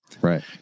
Right